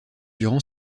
durant